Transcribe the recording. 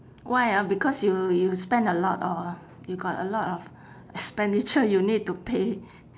why ah because you you spend a lot or you got a lot of expenditure you need to pay